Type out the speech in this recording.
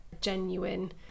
genuine